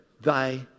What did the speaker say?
Thy